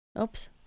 Oops